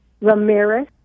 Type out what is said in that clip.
Ramirez